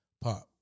Pop